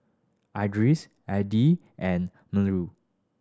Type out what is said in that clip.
Idris Adi and Melur